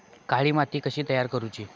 काळी माती कशी तयार करूची?